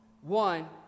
One